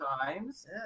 times